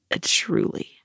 truly